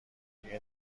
دیگه